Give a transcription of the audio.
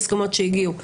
הסכמות שהגיעו אליהן,